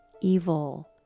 evil